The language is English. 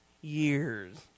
years